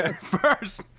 first